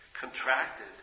Contracted